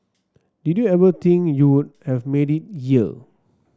did you ever think you would have made it year